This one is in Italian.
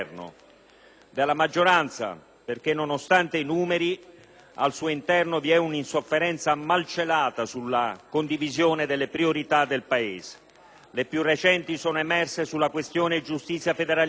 della maggioranza perché, nonostante i numeri, al suo interno vi è un'insofferenza malcelata sulla condivisione delle priorità del Paese. Le divergenze più recenti sono emerse sulle questioni della giustizia e del federalismo,